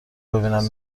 ببینم